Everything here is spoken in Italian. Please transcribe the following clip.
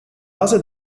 base